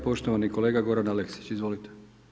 Poštovani kolega Goran Aleksić, izvolite.